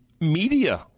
media